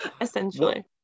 essentially